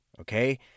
Okay